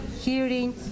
hearing